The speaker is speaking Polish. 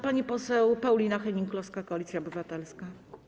Pani poseł Paulina Hennig-Kloska, Koalicja Obywatelska.